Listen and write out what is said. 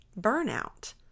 burnout